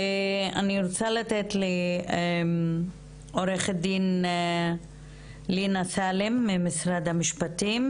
אני רוצה לתת לעו"ד לינא סאלם ממשרד המשפטים